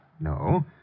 No